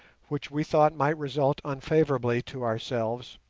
which we thought might result unfavourably to ourselves,